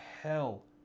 hell